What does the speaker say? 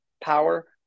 power